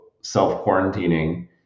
self-quarantining